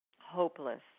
hopeless